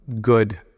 good